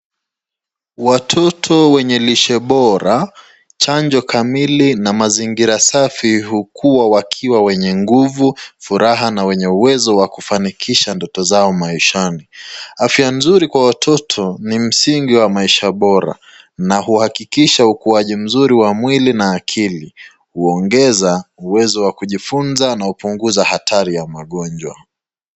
Watoto wenye lishe bora, chanjo kamili na mazingira safi hukuwa wakiwa wenye nguvu, furaha na wenye uwezo wa kufanikisha ndoto zao maishani. Afya mzuri kwa watoto ni msingi wa maisha bora na huakikisha ukuaji mzuri wa mwili mzuri na akili huongeza uwezo wa kujifunza na kupunguza hatari ya magonjwa.